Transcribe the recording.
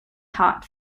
taught